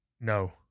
No